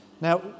Now